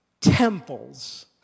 temples